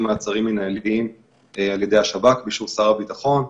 מעצרים מנהליים על-ידי השב"כ באישור שר הביטחון,